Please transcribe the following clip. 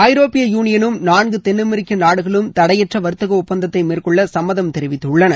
ஐரோப்பிய யூனியனும் நான்கு தென் அமெரிக்க நாடுகளும் தடையற்ற வர்த்தக ஒப்பந்தத்தை மேற்கொள்ள சம்மதம் தெரிவித்துள்ளன